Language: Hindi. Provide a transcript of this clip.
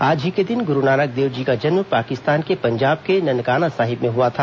आज ही के दिन गुरूनानक देवजी का जन्म पाकिस्तान के पंजाब के ननकाना साहिब में हुआ था